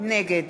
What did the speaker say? נגד